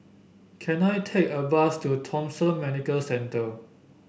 can I take a bus to Thomson Medical Centre